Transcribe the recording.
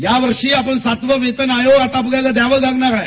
यावर्षी सातवा वेतन आयोग आपल्याला द्यावा लागणार आहे